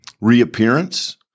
reappearance